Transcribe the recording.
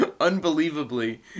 Unbelievably